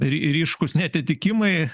ri ryškūs neatitikimai